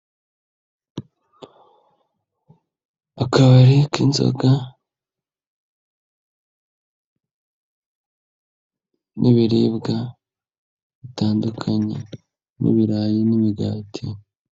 Akabari k'inzoga n'ibiribwa bitandukanye n'ibirayi n'imigati.